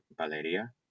Valeria